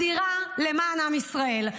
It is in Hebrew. בצערכם מכל הלב.